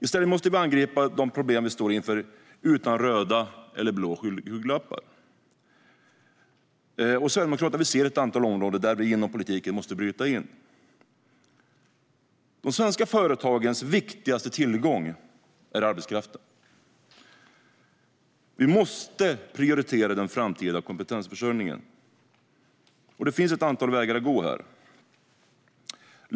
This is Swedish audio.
I stället måste vi angripa de problem vi står inför utan röda eller blå skygglappar. Vi sverigedemokrater ser ett antal områden där vi inom politiken måste bryta in. De svenska företagens viktigaste tillgång är arbetskraften. Vi måste prioritera den framtida kompetensförsörjningen, och här finns ett antal vägar att gå.